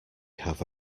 have